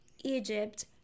Egypt